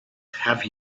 have